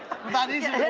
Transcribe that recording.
that isn't